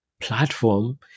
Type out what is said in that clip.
platform